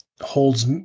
holds